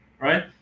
right